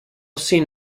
sin